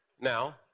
Now